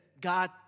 God